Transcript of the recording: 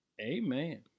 amen